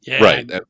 Right